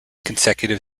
consecutive